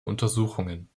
untersuchungen